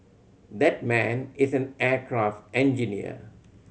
that man is an aircraft engineer